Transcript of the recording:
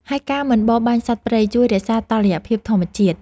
ហើយការមិនបរបាញ់សត្វព្រៃជួយរក្សាតុល្យភាពធម្មជាតិ។